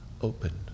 open